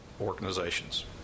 organizations